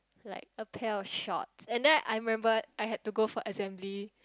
like a pair of shorts and then I remember I had to go for assembly